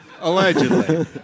Allegedly